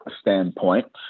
standpoint